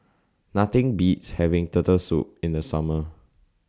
Nothing Beats having Turtle Soup in The Summer